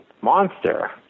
monster